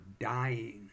dying